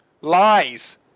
lies